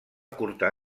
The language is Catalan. curta